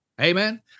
Amen